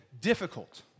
difficult